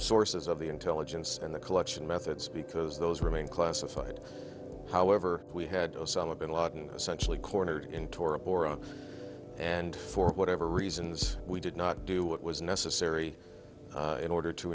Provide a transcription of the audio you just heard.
sources of the intelligence and the collection methods because those remain classified however we had osama bin laden essentially cornered in tora bora and for whatever reasons we did not do what was necessary in order to